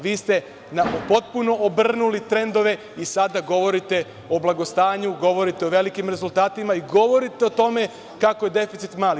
Vi ste potpuno obrnuli trendove i sada govorite o blagostanju, govorite o velikim rezultatima i govorite o tome kako je deficit mali.